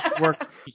work